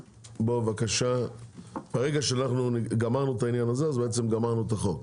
וברגע שגמרנו את זה, גמרנו את החוק.